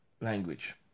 language